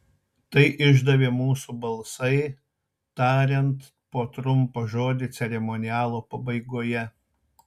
tai išdavė mūsų balsai tariant po trumpą žodį ceremonialo pabaigoje